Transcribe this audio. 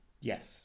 Yes